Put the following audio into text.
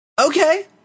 Okay